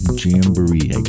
jamboree